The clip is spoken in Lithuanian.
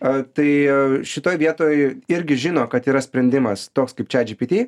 a tai šitoj vietoj irgi žino kad yra sprendimas toks kaip chat gpt